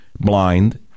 blind